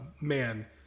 Man